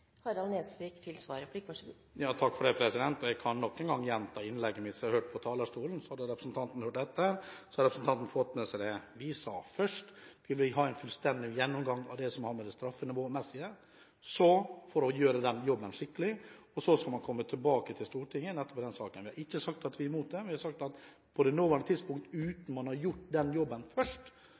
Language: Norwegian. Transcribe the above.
Jeg kan nok en gang gjenta innlegget mitt som jeg holdt på talerstolen, for hadde representanten hørt etter, ville hun ha fått med seg det vi sa. Først vil vi ha en fullstendig gjennomgang av det som har med det straffenivåmessige å gjøre. Så får man gjøre den jobben skikkelig og deretter komme tilbake til Stortinget med nettopp den saken. Vi har ikke sagt at vi er imot det, vi har sagt at på det nåværende tidspunkt – uten at man har gjort den jobben først